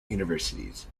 universities